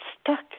stuck